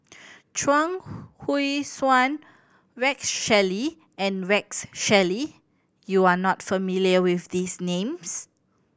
Chuang Hui Tsuan Rex Shelley and Rex Shelley you are not familiar with these names